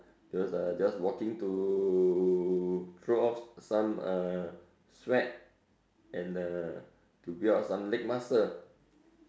there's uh just walking to throw off some uh sweat and uh to build up some leg muscle